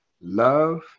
love